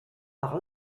par